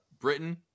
Britain